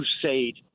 crusade